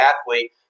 athlete